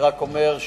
אני רק אומר: